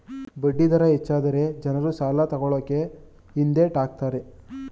ಬಡ್ಡಿ ದರ ಹೆಚ್ಚಾದರೆ ಜನರು ಸಾಲ ತಕೊಳ್ಳಕೆ ಹಿಂದೆಟ್ ಹಾಕ್ತರೆ